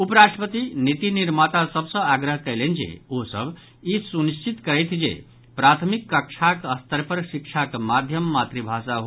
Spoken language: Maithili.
उप राष्ट्रपति निति निर्माता सभ सॅ आग्रह कयलनि जे ओसभ ई सुनिश्चित करैथ जे प्राथमिक कक्षाक स्तर पर शिक्षाक माध्यम मातृभाषा हो